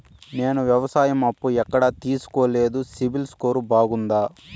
నేను వ్యవసాయం అప్పు ఎక్కడ తీసుకోలేదు, సిబిల్ స్కోరు బాగుందా?